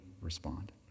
respond